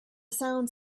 sounds